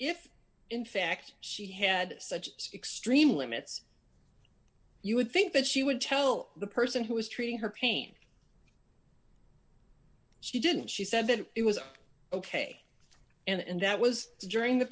if in fact she had such extreme limits you would think that she would tell the person who was treating her pain she didn't she said that it was ok and that was during the